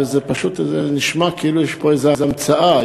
וזה פשוט נשמע כאילו יש פה איזו המצאה.